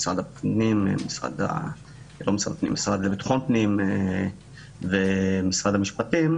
המשרד לביטחון הפנים ומשרד המשפטים,